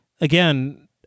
Again